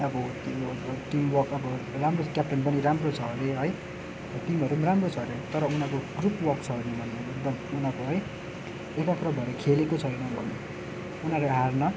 अब त्यो अब टिमवर्क अब राम्रो छ क्याप्टन पनि राम्रो छ अरे है टिमहरू पनि राम्रो छ अरे तर उनीहरूको ग्रुपवर्क छैन भने एकदम उनीहरूको है एकाग्र भएर खेलेको छैन भने उनीहरू हार्न